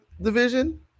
division